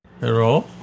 Hello